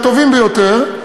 הטובים ביותר,